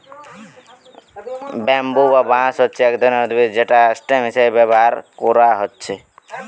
bamboo বা বাঁশ হচ্ছে এক রকমের উদ্ভিদ যেটা স্টেম হিসাবে ব্যাভার কোরা হচ্ছে